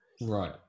Right